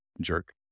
jerk